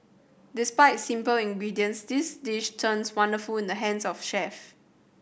despite simple ingredients this dish turns wonderful in the hands of chef